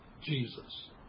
Jesus